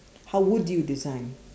how would you design